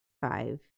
five